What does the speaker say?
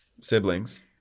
siblings